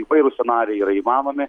įvairūs scenarijai yra įmanomi